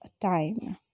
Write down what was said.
time